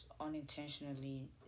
Unintentionally